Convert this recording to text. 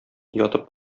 ятып